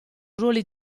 ruoli